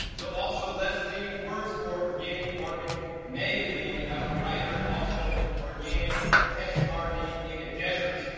so also leslie works for organic gardening magazine as a writer and also organic test gardening in the desert.